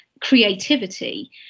creativity